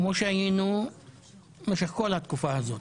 כמו שהיינו במשך כל התקופה הזאת.